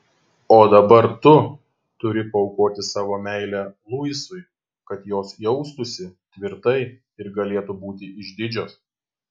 o dabar tu turi paaukoti savo meilę luisui kad jos jaustųsi tvirtai ir galėtų būti išdidžios